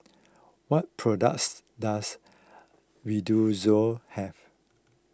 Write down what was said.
what products does Redoxon have